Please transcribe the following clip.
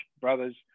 brothers